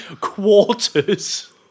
quarters